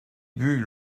but